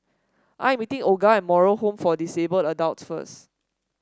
I am meeting Olga at Moral Home for Disabled Adults first